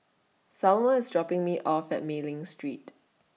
Selmer IS dropping Me off At Mei Ling Street